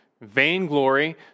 Vainglory